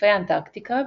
לחופי אנטארקטיקה,